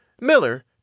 Miller